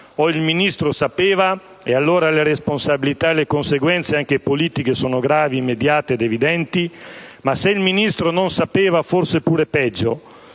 o il Ministro sapeva, e allora le responsabilità e le conseguenze, anche politiche, sono gravi, immediate ed evidenti; o il Ministro non sapeva e allora forse è pure peggio,